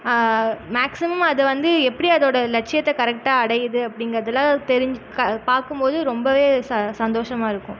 maximum அது வந்து எப்படி அதோட லட்சியத்தை கரெக்டாக அடையிது அப்படிங்கிறதுலா தெரிஞ்சு க பார்க்கும்மோது ரொம்பவே ச சந்தோஷமாக இருக்கும்